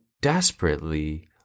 desperately